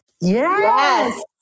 Yes